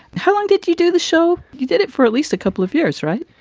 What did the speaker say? how long did you do the show? you did it for at least a couple of years, right?